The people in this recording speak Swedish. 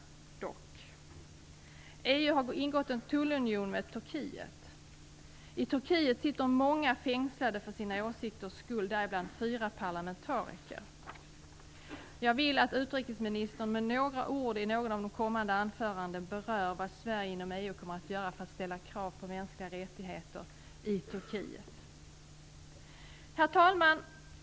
EU har ingått en tullunion med Turkiet. I Turkiet sitter många fängslade för sina åsikters skull, däribland fyra parlamentariker. Jag vill att utrikesministern med några ord i något av de kommande anförandena berör vad Sverige inom EU kommer att göra för att ställa krav på mänskliga rättigheter i Turkiet. Herr talman!